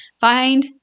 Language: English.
find